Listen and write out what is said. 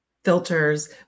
filters